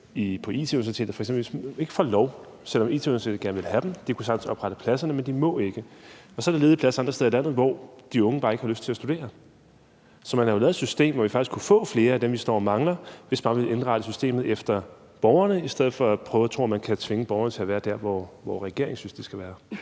på IT-Universitetet f.eks., der ikke får lov, selv om IT-Universitetet gerne vil have dem. De kunne sagtens oprette pladserne, men de må ikke. Og så er der ledige pladser andre steder i landet, hvor de unge bare ikke har lyst til at studere. Så regeringen har jo lavet et system, men vi kunne faktisk få flere af dem, vi står og mangler, hvis bare vi havde indrettet systemet efter borgerne i stedet for af prøve på og at tro, at man kan tvinge borgerne til at være der, hvor regeringen synes de skal være.